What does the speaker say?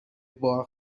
بار